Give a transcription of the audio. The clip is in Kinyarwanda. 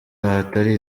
ahatari